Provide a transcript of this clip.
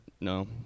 no